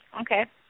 Okay